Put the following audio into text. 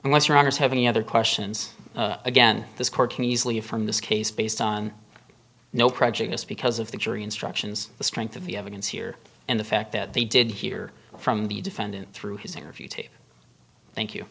westerners have any other questions again this court can easily from this case based on no prejudice because of the jury instructions the strength of the evidence here and the fact that they did hear from the defendant through his interview tape thank you